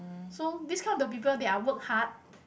so this kind of the people they are work hard